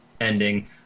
ending